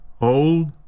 old